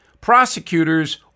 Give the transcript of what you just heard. prosecutors